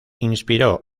inspiró